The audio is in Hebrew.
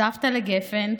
סבתא לגפן,